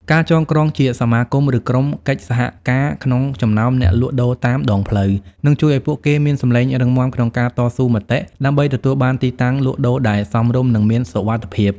ការចងក្រងជាសមាគម ឬក្រុមកិច្ចសហការក្នុងចំណោមអ្នកលក់ដូរតាមដងផ្លូវ នឹងជួយឱ្យពួកគេមានសម្លេងរឹងមាំក្នុងការតស៊ូមតិដើម្បីទទួលបានទីតាំងលក់ដូរដែលសមរម្យ និងមានសុវត្ថិភាព។